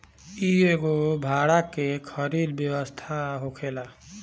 इ एगो भाड़ा के खरीद व्यवस्था होखेला